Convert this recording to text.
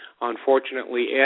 Unfortunately